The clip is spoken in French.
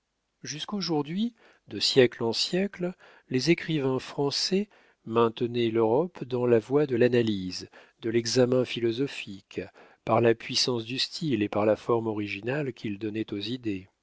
entier jusqu'aujourd'hui de siècle en siècle les écrivains français maintenaient l'europe dans la voie de l'analyse de l'examen philosophique par la puissance du style et par la forme originale qu'ils donnaient aux idées